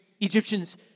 Egyptians